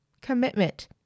commitment